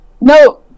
No